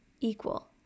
equal